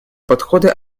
подходы